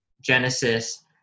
Genesis